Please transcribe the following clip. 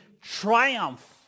triumph